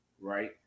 Right